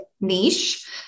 Niche